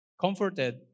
comforted